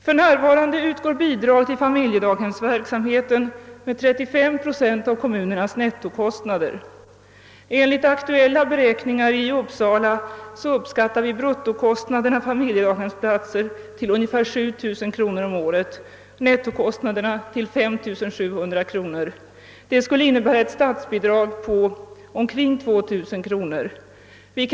För närvarande utgår bidragen till familjedaghemsverksamheten med 35 procent av kommunernas nettokostnader. Enligt aktuella beräkningar i Uppsala uppskattar vi där bruttokostnaderna för familjedaghemsplatser till ungefär 7 000 kronor om året, nettokostnaderna till 3700 kronor. Det skulle innebära ett statsbidrag på omkring 2000 kronor.